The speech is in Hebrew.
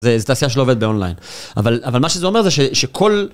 זו תעשייה שלא עובדת באונליין, אבל מה שזה אומר זה שכל...